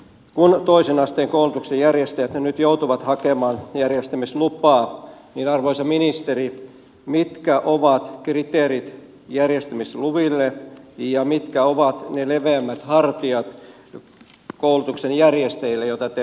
kun toisen asteen koulutuksen järjestäjät nyt joutuvat hakemaan järjestämislupaa arvoisa ministeri mitkä ovat kriteerit järjestämisluville ja mitkä ovat koulutuksen järjestäjille ne leveämmät hartiat joita te peräänkuulutatte